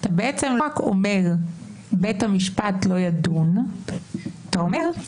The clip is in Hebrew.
אתה בעצם לא רק אומר שבית המשפט לא ידון אלא אתה אומר,